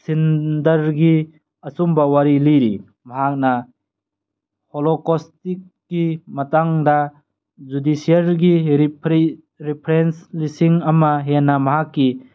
ꯁꯤꯟꯗꯔꯒꯤ ꯑꯆꯨꯝꯕ ꯋꯥꯔꯤ ꯂꯤꯔꯤ ꯃꯍꯥꯛꯅ ꯍꯣꯂꯣꯀꯣꯁꯇꯤꯛꯀꯤ ꯃꯇꯥꯡꯗ ꯖꯨꯗꯤꯁꯔꯒꯤ ꯔꯤꯐ꯭ꯔꯦꯟꯁ ꯂꯤꯁꯤꯡ ꯑꯃ ꯍꯦꯟꯅ ꯃꯍꯥꯛꯀꯤ